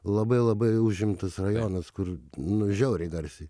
labai labai užimtas rajonas kur nu žiauriai garsiai